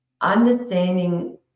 understanding